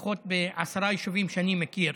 לפחות בעשרה יישובים שאני מכיר,